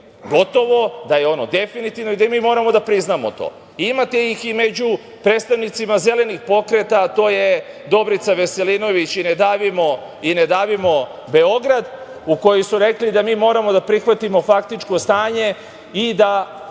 gotovo, da je ono definitivno i da mi moramo da priznamo to. Imate ih i među predstavnicima zelenih pokreta, a to je Dobrica Veselinović i Ne davimo Beograd, u koji su rekli da mi moramo da prihvatimo faktičko stanje i da